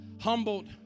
humbled